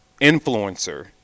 influencer